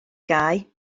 gau